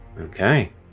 okay